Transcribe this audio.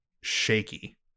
shaky